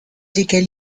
lesquels